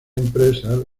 empresas